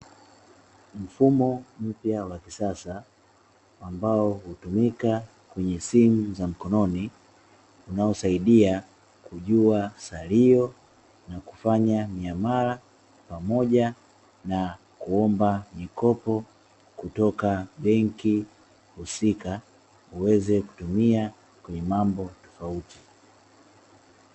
Mfumo mpya wa kisasa ambao hutumika kwenye simu za mkononi, unaosaidia kujua salio na kufanya miamala pamoja na kuomba mikopo kutoka benki husika; uweze kutumia kwenye mambo tofauti.